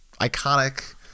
iconic